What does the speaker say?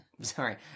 Sorry